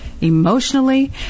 emotionally